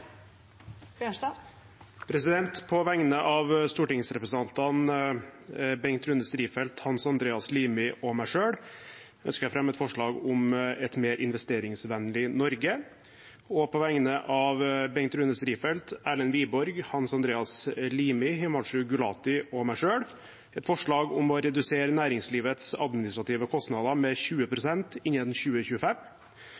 På vegne av stortingsrepresentantene Bengt Rune Strifeldt, Hans Andreas Limi og meg selv ønsker jeg å fremme et forslag om et mer investeringsvennlig Norge. På vegne av representantene Bengt Rune Strifeldt, Erlend Wiborg, Hans Andreas Limi, Himanshu Gulati og meg selv vil jeg fremme et forslag om å redusere næringslivets administrative kostnader med 20